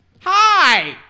Hi